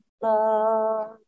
love